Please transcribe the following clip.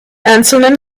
einzelnen